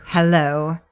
Hello